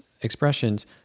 expressions